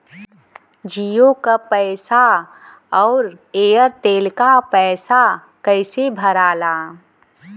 जीओ का पैसा और एयर तेलका पैसा कैसे भराला?